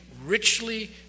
richly